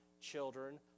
children